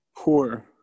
poor